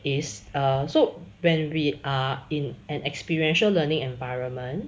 is a so when we are in an experiential learning environment